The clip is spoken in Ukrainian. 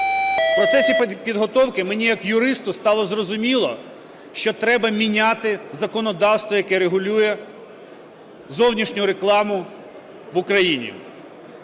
В процесі підготовки мені як юристу стало зрозуміло, що треба міняти законодавство, яке регулює зовнішню рекламу в Україні.